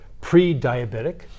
pre-diabetic